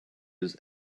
his